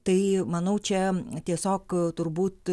tai manau čia tiesiog turbūt